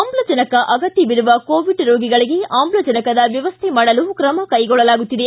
ಆಮ್ಲಜನಕ ಅಗತ್ತವಿರುವ ಕೊವಿಡ್ ರೋಗಿಗಳಿಗೆ ಆಮ್ಲಜನಕದ ವ್ಯವಸ್ಥೆ ಮಾಡಲು ಕ್ರಮ ಕೈಗೊಳ್ಳಲಾಗುತ್ತಿದೆ